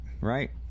right